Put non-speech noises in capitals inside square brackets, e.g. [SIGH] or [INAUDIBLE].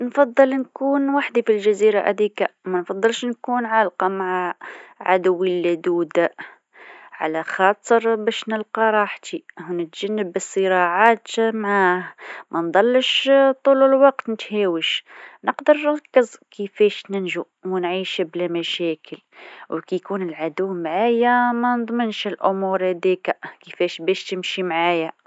نفضل نكون وحدي في الجزيره هذيكا، ما نفضلش نكون عالقه مع عدوي اللدود، على خاطر باش نلقى راحتي ونتجنب الصراعات معاه ما نبقاش [HESITATION] طول الوقت نتعارك، نقدر نلقى كيفاش ننجو ونعيش بلا مشاكل وكي يكون العدو معايا [HESITATION] ما نضمنش الأمور هذيكا كيفاش باش تمش معايا.